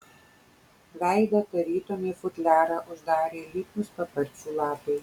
veidą tarytum į futliarą uždarė lipnūs paparčių lapai